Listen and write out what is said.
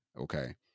Okay